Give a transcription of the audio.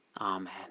Amen